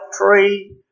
tree